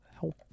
help